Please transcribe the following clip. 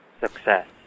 success